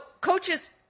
coaches